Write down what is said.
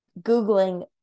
Googling